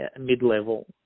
mid-level